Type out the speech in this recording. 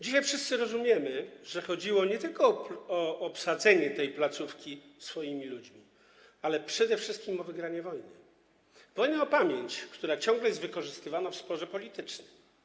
Dzisiaj wszyscy rozumiemy, że chodziło nie tylko o obsadzenie tej placówki swoimi ludźmi, ale przede wszystkim o wygranie wojny, wojny o pamięć, która ciągle jest wykorzystywana w sporze politycznym.